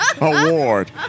award